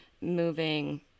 moving